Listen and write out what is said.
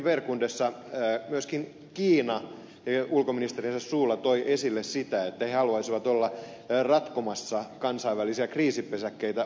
munchenin wehrkundessa myöskin kiina ulkoministerinsä suulla toi esille sitä että he haluaisivat olla ratkomassa kansainvälisiä kriisipesäkkeitä